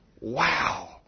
Wow